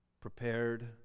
prepared